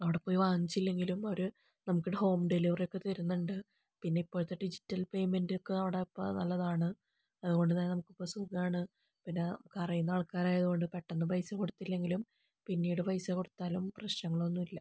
അവിടെപ്പോയി വാങ്ങിച്ചിലെങ്കിലും അവർ നമുക്ക് ഹോം ഡെലിവറിയൊക്കെ തരുന്നുണ്ട് പിന്നെ ഇപ്പോഴത്തെ ഡിജിറ്റൽ പേയ്മെന്റ് ഒക്കെ അവിടെ ഇപ്പോൾ നല്ലതാണ് അതുകൊണ്ട്തന്നെ നമുക്ക് ഇപ്പോൾ സുഖമാണ് പിന്നെ നമുക്കറിയുന്ന ആൾകാരായത് കൊണ്ട് പെട്ടെന്ന് പൈസ കൊടുത്തില്ലെങ്കിലും പിന്നീട് പൈസ കൊടുത്താലും പ്രശ്നങ്ങളൊന്നുമില്ല